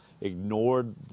ignored